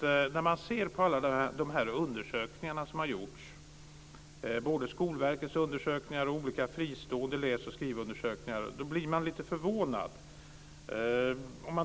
När man ser på alla undersökningar som har gjorts, både Skolverkets undersökningar och olika, fristående läs och skrivundersökningar, blir man lite förvånad.